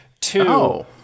Two